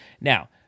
Now